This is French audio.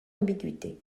ambiguïté